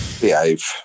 Behave